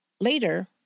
Later